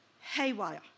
haywire